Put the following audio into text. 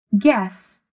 guess